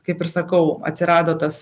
kaip ir sakau atsirado tas